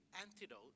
antidote